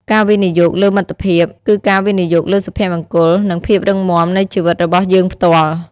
ការវិនិយោគលើមិត្តភាព គឺការវិនិយោគលើសុភមង្គល និងភាពរឹងមាំនៃជីវិតរបស់យើងផ្ទាល់។